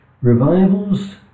Revivals